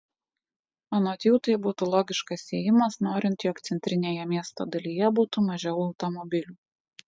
anot jų tai būtų logiškas ėjimas norint jog centrinėje miesto dalyje būtų mažiau automobilių